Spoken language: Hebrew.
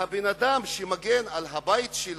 והאדם שמגן על הבית שלו,